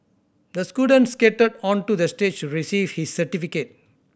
the student skated onto the stage receive his certificate